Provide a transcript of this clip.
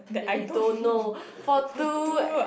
that you don't know for two